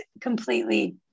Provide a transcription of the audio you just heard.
completely